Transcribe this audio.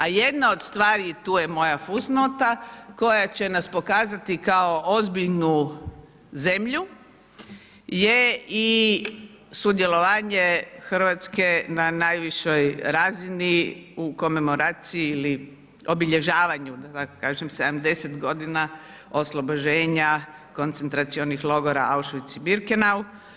A jedna od stvari i tu je moja fusnota koja će nas pokazati kao ozbiljnu zemlju je i sudjelovanje Hrvatske na najvišoj razini u komemoraciji ili obilježavanju da tako kažem 70 godina oslobođenja koncentracionih logora Auschwitz i Birkenau.